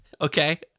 okay